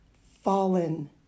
fallen